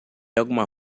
alguma